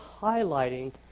highlighting